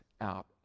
out